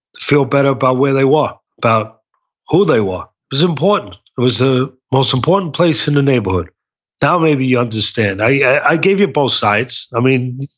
to feel better about where they were, about who they were. it was important. it was the most important place in the neighborhood now maybe you understand. i yeah i gave you both sides. i mean,